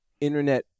internet